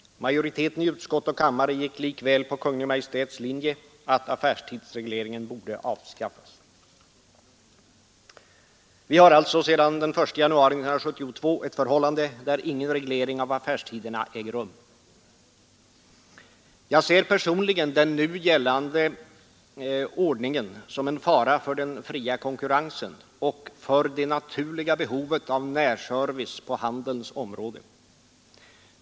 Majoriteten i utskott och kammare gick likväl på Kungl. Maj:ts linje att affärstidsregleringen borde avskaffas. Vi har alltså sedan 1 januari 1972 ett förhållande där ingen reglering av affärstiderna äger rum. Jag ser personligen den nu gällande ordningen som en fara för den fria konkurrensen och för det naturliga behovet av närservice på handelns område.